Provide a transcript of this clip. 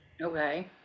okay